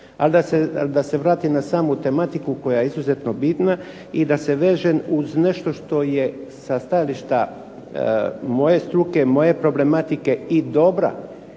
Ali da se vratim na samu tematiku koja je izuzetno bitna i da se vežem uz nešto što je sa stajališta moje struke, moje problematike i dobra